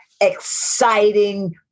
exciting